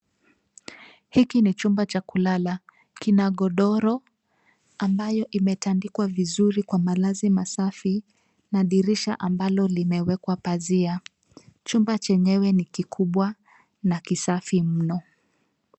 Hiki ni chumba cha kulala. Kina godoro ambayo imetandikwa vizuri kwa malazi masafi na dirisha ambalo limewekwa pazia. Chumba chenyewe ni kikubwa na kisafi mno.